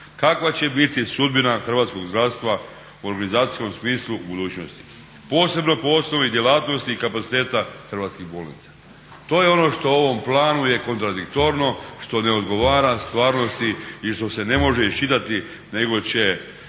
kakva će biti sudbina hrvatskog zdravstva u organizacijskom smislu u budućnosti posebno po osnovi djelatnosti i kapaciteta hrvatskih bolnica. To je ono što ovom planu je kontradiktorno, što ne odgovara stvarnosti i što se ne može iščitati, nego će